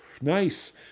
Nice